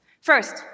First